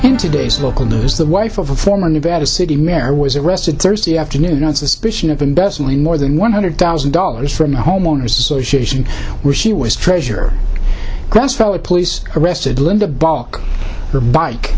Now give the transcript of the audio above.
in today's local news the wife of a former nevada city mayor was arrested thursday afternoon on suspicion of embezzling more than one hundred thousand dollars from the homeowners association where she was treasurer that's fellow police arrested linda bach her bike